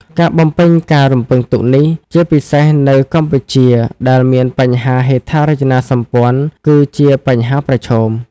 ការបំពេញការរំពឹងទុកនេះ ជាពិសេសនៅកម្ពុជាដែលមានបញ្ហាហេដ្ឋារចនាសម្ព័ន្ធ គឺជាបញ្ហាប្រឈម។